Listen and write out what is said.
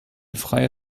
freie